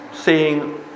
seeing